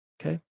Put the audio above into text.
Okay